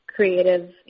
creative